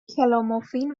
کلومفین